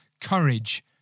courage